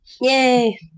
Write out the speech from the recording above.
yay